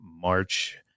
March